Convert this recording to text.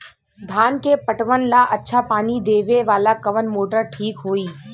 धान के पटवन ला अच्छा पानी देवे वाला कवन मोटर ठीक होई?